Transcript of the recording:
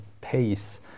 pace